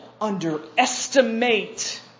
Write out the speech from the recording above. underestimate